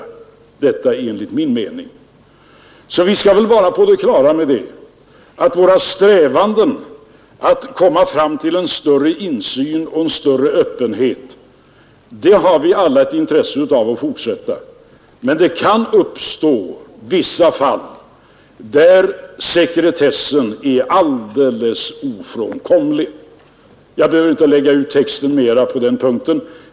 Detta enligt min mening. Vi skall väl vara på det klara med att våra strävanden att komma fram till en ökad insyn och större öppenhet har vi alla ett intresse att fortsätta. Men det kan uppstå vissa fall, där sekretessen är alldeles ofrånkomlig. Jag behöver inte lägga ut texten mera på den punkten.